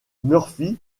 murphy